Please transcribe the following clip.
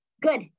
Good